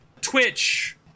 Twitch